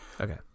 Okay